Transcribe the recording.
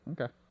okay